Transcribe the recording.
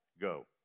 Go